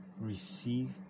receive